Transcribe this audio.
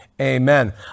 Amen